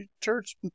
church